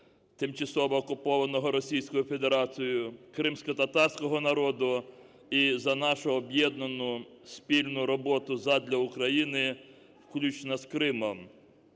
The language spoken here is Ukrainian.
тимчасово окупованого Російською Федерацією, кримськотатарського народу і за нашу об'єднану спільну роботу задля України включно з Кримом.